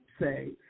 say